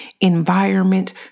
environment